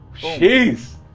Jeez